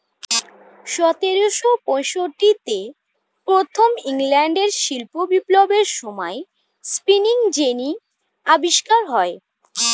সতেরোশো পঁয়ষট্টিতে প্রথম ইংল্যান্ডের শিল্প বিপ্লবের সময়ে স্পিনিং জেনি আবিষ্কার হয়